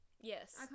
Yes